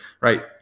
right